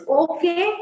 okay